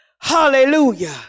Hallelujah